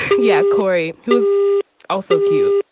yeah. corey, who is also cute.